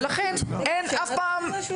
ולכן אין אף פעם,